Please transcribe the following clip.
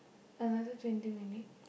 another twenty minute